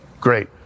Great